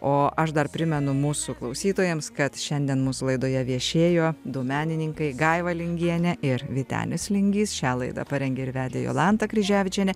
o aš dar primenu mūsų klausytojams kad šiandien mūsų laidoje viešėjo du menininkai gaiva lingienė ir vytenis lingys šią laidą parengė ir vedė jolanta kryževičienė